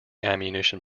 ammunition